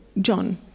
John